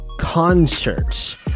concerts